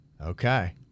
Okay